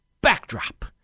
backdrop